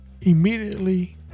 immediately